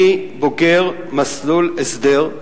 אני בוגר מסלול הסדר,